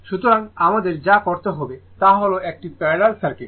সুতরাং আমাদের যা করতে হবে তা হল একটি প্যারালাল সার্কিট